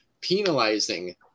penalizing